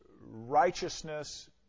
righteousness